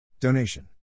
Donation